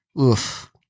oof